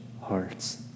hearts